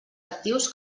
actius